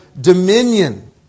dominion